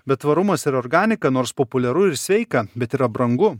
bet tvarumas ir organika nors populiaru ir sveika bet yra brangu